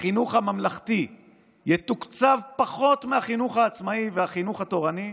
החינוך הממלכתי יתוקצב פחות מהחינוך העצמאי ומהחינוך התורני,